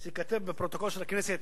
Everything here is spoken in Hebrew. שייכתב בפרוטוקול של הכנסת